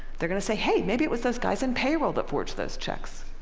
they're going to say, hey, maybe it was those guys in payroll that forged those checks.